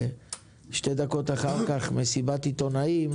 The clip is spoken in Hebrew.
ושתי דקות אחר כך הייתה מסיבת עיתונאים.